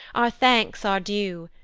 our thanks are due,